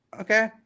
Okay